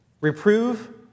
Reprove